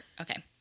Okay